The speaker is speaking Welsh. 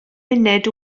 munud